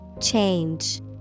Change